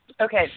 Okay